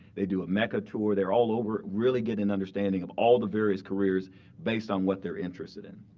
they do a meca tour. they're all over, really getting an understanding of all the various careers based on what they're interested in.